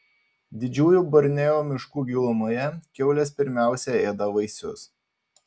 didžiųjų borneo miškų gilumoje kiaulės pirmiausia ėda vaisius